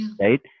Right